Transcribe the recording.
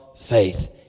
faith